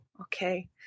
Okay